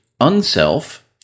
Unself